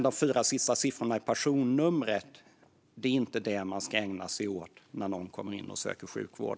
De fyra sista siffrorna i personnumret är inte det man ska ägna sig åt när någon kommer in och söker sjukvård.